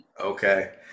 Okay